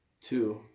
Two